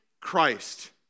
Christ